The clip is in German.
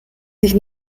sich